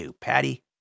Patty